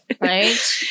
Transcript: Right